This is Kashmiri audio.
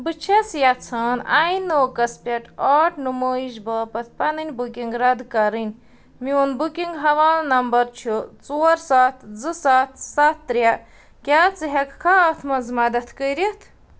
بہٕ چھَس یَژھان آینوکَس پٮ۪ٹھ آرٹ نُمٲیِش باپتھ پنٕنۍ بُکِنٛگ رَد کرٕنۍ میون بُکِنٛگ حوالہ نمبر چھُ ژور سَتھ زٕ سَتھ سَتھ ترٛےٚ کیٛاہ ژٕ ہٮ۪کہٕ کھا اَتھ منٛز مدتھ کٔرتھ